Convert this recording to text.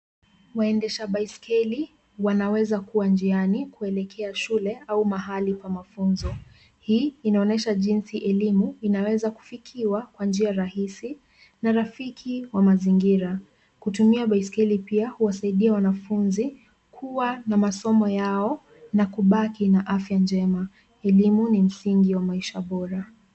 Waendesha baiskeli wanaweza kuwa njiani kuelekea shule au mahali pa mafunzo hii inaonyesha jinsi elimu inaweza kufikiwa kwa njia rahisi na marafiki wa mazingira. Kutumia baiskeli pia huwasaidia wanafunzi kuwa masomo yao na kubaki na afya njema. Elimu ni msingi wa maisha bora.